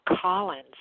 Collins